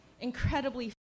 incredibly